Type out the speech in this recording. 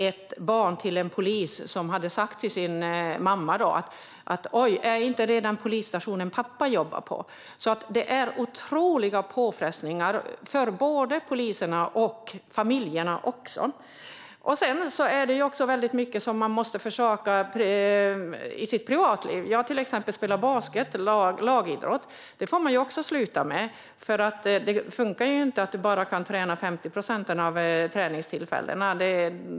Ett barn till en polis hade sagt till sin mamma: Oj, är det inte den polisstation som pappa jobbar på? Det är alltså otroliga påfrestningar på både poliserna och familjerna. Det är mycket man måste försaka i sitt privatliv som polis. Jag, till exempel, spelade basket - en lagidrott. Det får man sluta med, för det funkar inte att bara träna 50 procent av träningstillfällena.